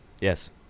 Yes